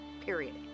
period